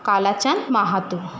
Kalachand Mahato